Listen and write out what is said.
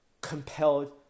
compelled